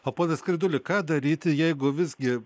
o po skriduli ką daryti jeigu visgi